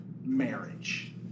marriage